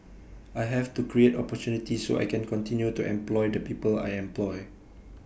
I have to create opportunity so I can continue to employ the people I employ